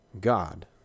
God